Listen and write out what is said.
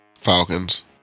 Falcons